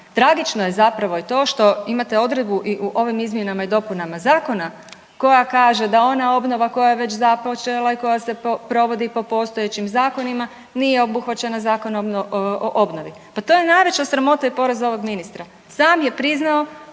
Tragično je zapravo je to što imate odredbu i u ovim izmjenama i dopunama zakona koja kaže da ona obnova koja je već započela i koja se provodi po postojećim zakonima nije obuhvaćena Zakonom o obnovi. Pa to je najveća sramota i poraz ovog ministra. Sam je priznao